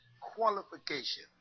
qualification